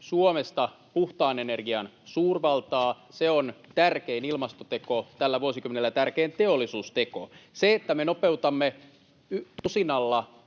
Suomesta puhtaan energian suurvaltaa, se on tärkein ilmastoteko tällä vuosikymmenellä ja tärkein teollisuusteko. Se, että me nopeutamme tusinalla